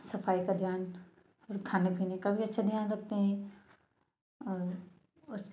सफ़ाई का ध्यान और खाने पीने का भी अच्छा ध्यान रखते हैं और उस